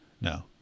No